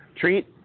treat